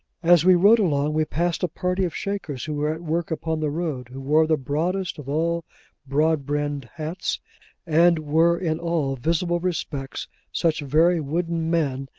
as we rode along, we passed a party of shakers, who were at work upon the road who wore the broadest of all broad-brimmed hats and were in all visible respects such very wooden men,